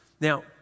Now